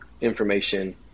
information